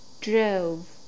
drove